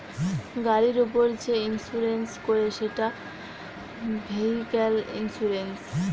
গাড়ির উপর যে ইন্সুরেন্স করে সেটা ভেহিক্যাল ইন্সুরেন্স